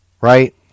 right